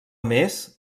més